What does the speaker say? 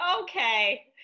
okay